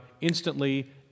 instantly